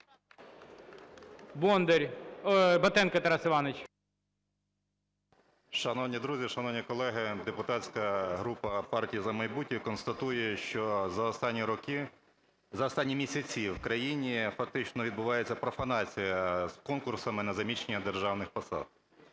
Шановні друзі, шановні колеги! Депутатська група "Партія "За майбутнє" констатує, що за останні місяці в країні фактично відбувається профанація з конкурсами на заміщення державних посад.